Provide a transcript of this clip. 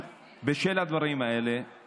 בשל הדברים האלה אני